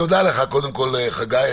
תודה לך, קודם כול, חגי.